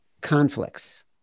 conflicts